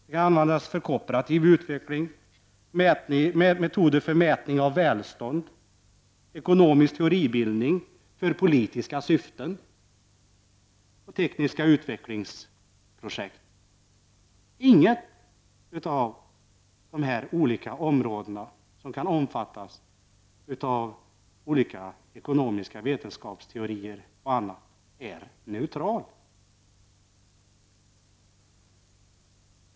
Den kan användas för kooperativ utveckling, för metoder för mätning av välstånd, för ekonomisk teoribildning, för politiska syften och för tekniska utvecklingsprojekt. Inget av dessa olika områden, som kan omfattas av olika ekonomiska vetenskapsteorier och annat, är neutrala.